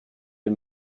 les